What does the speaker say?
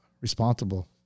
responsible